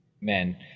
men